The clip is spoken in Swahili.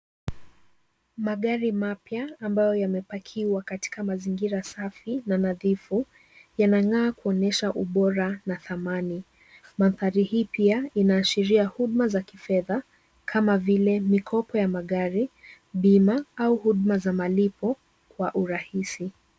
Magari mapya ambayo yamepaikwa katika mazingira safi na nadhifu yanang'aa kuonyesha ubora na thamani. Mandhari hii pia inaashiria huduma za kifedha kama vile mikopo ya magari, bima au huduma za malipo kwa urahisi.